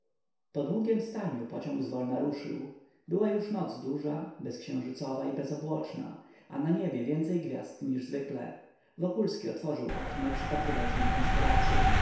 po długiem staniu pociąg zwolna ruszył była już noc duża bezksiężycowa i bezobłoczna a na niebie więcej gwiazd niż zwykle wokulski otworzył okno i przypatrywał się konstelacyom